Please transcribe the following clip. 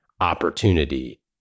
opportunity